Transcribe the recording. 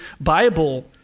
Bible